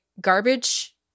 garbage